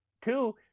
Two